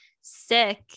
sick